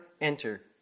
enter